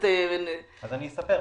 אספר.